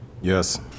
yes